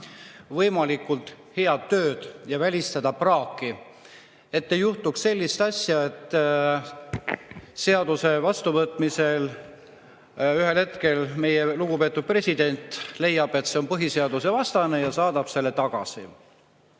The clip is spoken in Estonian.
võimalikult head tööd ja välistada praaki, et ei juhtuks sellist asja, et ühel hetkel meie lugupeetud president leiab seaduse olevat põhiseadusvastase ja saadab selle tagasi.